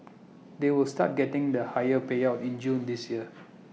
they will start getting the higher payouts in June this year